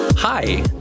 Hi